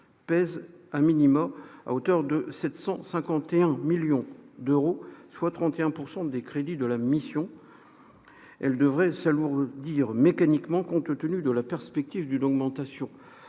pèsent 751 millions d'euros, soit 31 % des crédits de la mission, et devraient s'alourdir mécaniquement compte tenu de la perspective d'une augmentation